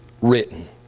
written